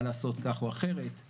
מה לעשות כך או אחרת.